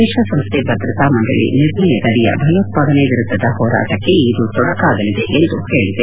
ವಿಶ್ವಸಂಸ್ವೆ ಭದ್ರತಾ ಮಂಡಳಿ ನಿರ್ಣಯದಡಿಯ ಭಯೋತ್ವಾದನೆ ವಿರುದ್ದದ ಹೋರಾಟಕ್ಕೆ ಇದು ತೊಡಕಾಗಲಿದೆ ಎಂದು ಹೇಳಿದೆ